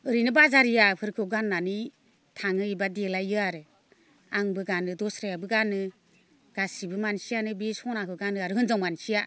ओरैनो बाजारियाफोरखौ गाननानै थाङो एबा देलायो आरो आंबो गानो दस्रायाबो गानो गासैबो मानसियानो बे सनाखो गानो आरो हिन्जाव मानसिया